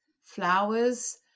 flowers